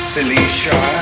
Felicia